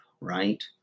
right